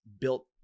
built